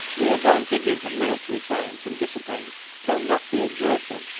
the advantages of military science and discipline cannot be exerted,